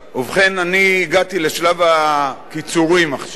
ובכן, אני הגעתי לשלב הקיצורים עכשיו.